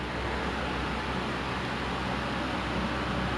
I need to tell that to my grandmother